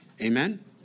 Amen